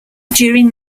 during